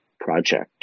project